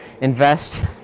Invest